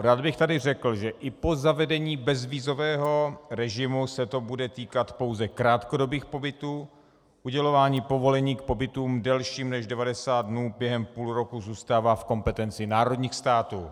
Rád bych tady řekl, že i po zavedení bezvízového režimu se to bude týkat pouze krátkodobých pobytů, udělování povolení k pobytům delším než 90 dnů během půl roku zůstává v kompetenci národních států.